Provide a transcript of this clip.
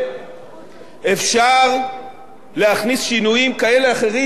אפשר להכניס שינויים כאלה או אחרים בתוך החבילה,